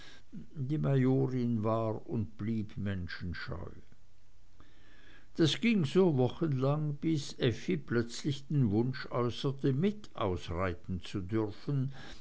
die majorin war und blieb menschenscheu das ging so wochenlang bis effi plötzlich den wunsch äußerte mit ausreiten zu dürfen